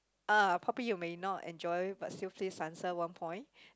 uh probably you may not enjoy but still please answer one point